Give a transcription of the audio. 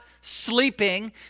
sleeping